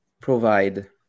provide